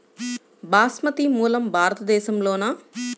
బాస్మతి మూలం భారతదేశంలోనా?